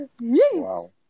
Wow